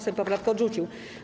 Sejm poprawkę odrzucił.